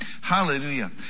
hallelujah